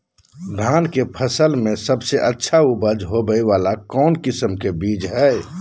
धान के फसल में सबसे अच्छा उपज होबे वाला कौन किस्म के बीज हय?